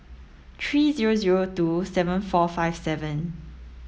three zero zero two seven four five seven